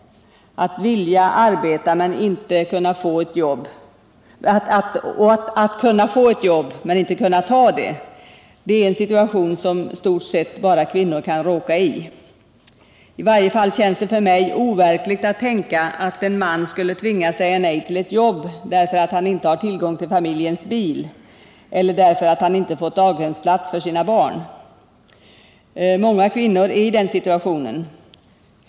Att vilja arbeta, kunna få arbete men inte kunna ta det, det är en situation som i stort sett bara kvinnor kan råka i. I varje fall känns det för mig overkligt att tänka att en man kan tvingas säga nej till ett arbete, därför att han inte har tillgång till familjens bil eller därför att han inte fått daghemsplats för sina barn. Många kvinnor är i den situationen.